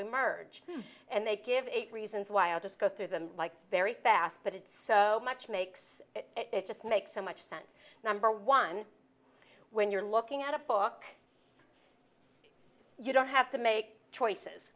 emerge and they give eight reasons why i'll just go through them like very fast but it's so much makes it just makes so much sense number one when you're looking at a book you don't have to make choices